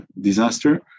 disaster